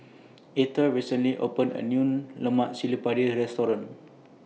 Etter recently opened A New Lemak Cili Padi Restaurant